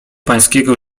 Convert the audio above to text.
pańskiego